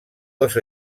dos